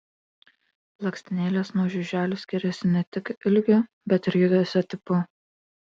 blakstienėlės nuo žiuželių skiriasi ne tik ilgiu bet ir judesio tipu